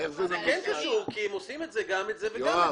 זה כן קשור, כי הן עושות גם את זה וגם את זה.